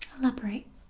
Elaborate